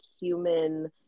human